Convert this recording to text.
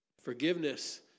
Forgiveness